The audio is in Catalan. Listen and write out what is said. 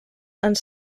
ens